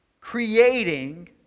creating